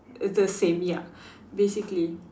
the same ya basically